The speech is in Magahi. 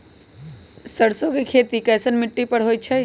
सरसों के खेती कैसन मिट्टी पर होई छाई?